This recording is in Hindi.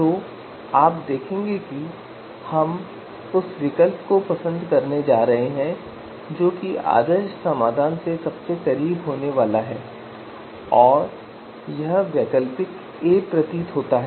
तो आप देखेंगे कि हम उस विकल्प को पसंद करने जा रहे हैं जो आदर्श समाधान के करीब होने वाला है और यह वैकल्पिक ए प्रतीत होता है